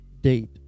date